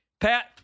Pat